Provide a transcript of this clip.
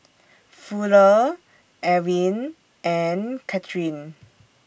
Fuller Ewin and Cathrine